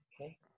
Okay